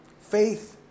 Faith